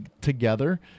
together